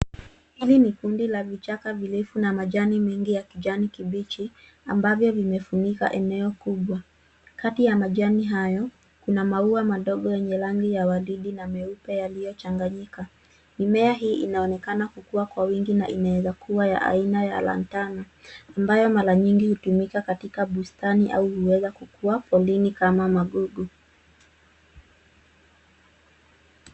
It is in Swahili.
Hili ni kundi la vichaka virefu na majani mengi ya kijani kibichi ambavyo zimefunika eneo kubwa. Kati ya majani hayo, kuna maua madogo yenye rangi ya waridi na meupe ambayo imechanganyika. Mimea hii inaonekana kukuwa kwa uwingi na inaeza kuwa ya aina ya lantana ambayo mara mingi kutumika katika bustani au huweza kukuwa porini kama magugu.